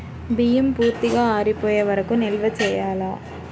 బియ్యం పూర్తిగా ఆరిపోయే వరకు నిల్వ చేయాలా?